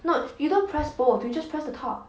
no you don't press both you just press the top